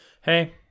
Hey